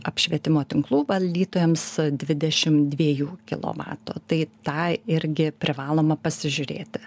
apšvietimo tinklų valdytojams dvidešim dviejų kilovatų tai tą irgi privaloma pasižiūrėti